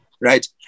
right